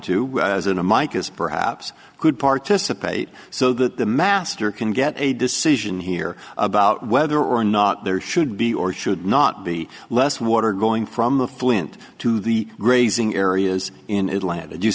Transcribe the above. as an a micah's perhaps could participate so that the master can get a decision here about whether or not there should be or should not be less water going from the flint to the grazing areas in atlanta